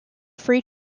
free